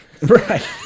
Right